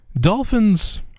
Dolphins